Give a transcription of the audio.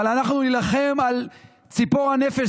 אבל אנחנו נילחם על ציפור הנפש